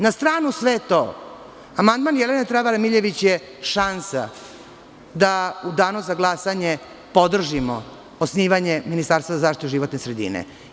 Na stranu sve to, amandman Jelena Travar Miljević je šansa da u Danu za glasanje podržimo osnivanje Ministarstva za zaštitu životne sredine.